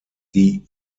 die